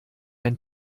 ein